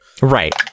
Right